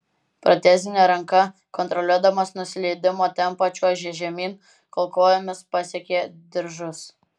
protezine ranka kontroliuodamas nusileidimo tempą čiuožė žemyn kol kojomis pasiekė diržus